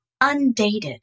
undated